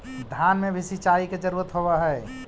धान मे भी सिंचाई के जरूरत होब्हय?